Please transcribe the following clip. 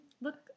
Look